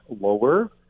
lower